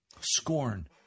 Scorn